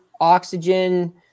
oxygen